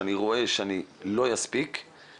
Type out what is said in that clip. ואתה היית מעורב בפניות שפנית אלינו ולכן אני מבין מהיכן השאלה.